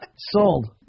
Sold